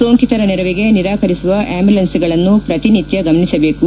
ಸೋಂಕಿತರ ನೆರವಿಗೆ ನಿರಾಕರಿಸುವ ಆ್ಕಂಬುಲೆನ್ಸ್ಗಳನ್ನು ಪ್ರತಿನಿತ್ಯ ಗಮನಿಸಬೇಕು